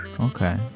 Okay